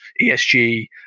ESG